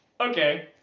Okay